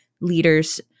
leaders